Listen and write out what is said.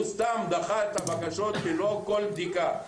הוא סתם דחה את הבקשות שלו בכל בדיקה,